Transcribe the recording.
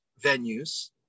venues